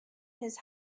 his